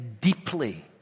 deeply